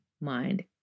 mind